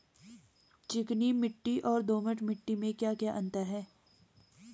चिकनी मिट्टी और दोमट मिट्टी में क्या क्या अंतर है?